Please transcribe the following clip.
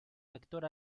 vector